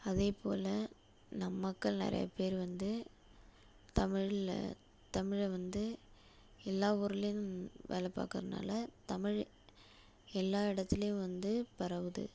அதே போல நம் மக்கள்நிறையா பேர் வந்து தமிழில் தமிழை வந்து எல்லா ஊர்லேயும் வேலை பார்க்குறதுனால தமிழ் எல்லா இடத்துலியும் வந்து பரவுது